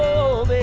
oh,